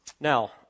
Now